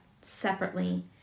separately